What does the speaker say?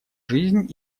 жизнь